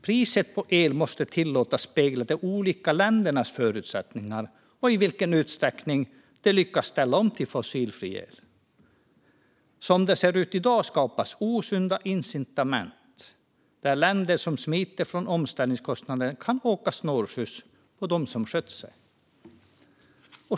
Priset på el måste tillåtas spegla de olika ländernas förutsättningar och i vilken utsträckning de har lyckats ställa om till fossilfri el. Som det ser ut i dag skapas osunda incitament där länder som smiter ifrån omställningskostnader kan åka snålskjuts på dem som skött sig.